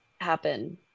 happen